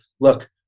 look